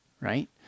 right